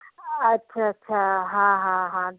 अछा अछा हा हा हा